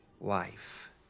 life